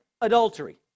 adultery